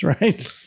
right